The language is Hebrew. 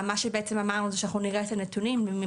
מה שבעצם אמרנו זה שאנחנו נראה את הנתונים ואם